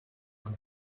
loup